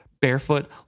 barefoot